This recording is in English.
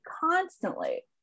constantly